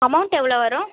amount எவ்வளோ வரும்